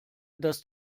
dass